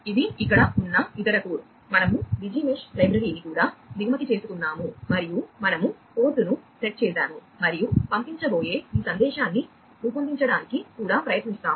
ఇది ఇక్కడ ఉన్న ఇతర కోడ్ మనము డిజి మెష్ లైబ్రరీని కూడా దిగుమతి చేసుకున్నాము మరియు మనము పోర్టును సెట్ చేసాము మరియు పంపించబోయే ఈ సందేశాన్ని రూపొందించడానికి కూడా ప్రయత్నిస్తాము